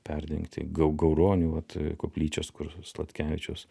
perdengti gau gauronių vat koplyčias kur sladkevičius